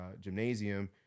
gymnasium